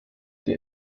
der